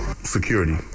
Security